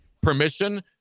permission